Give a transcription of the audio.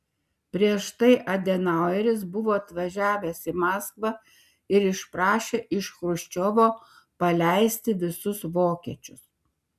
prieš tai adenaueris buvo atvažiavęs į maskvą ir išprašė iš chruščiovo paleisti visus vokiečius